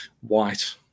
white